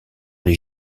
les